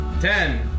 Ten